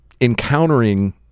encountering